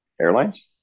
Airlines